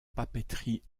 papeterie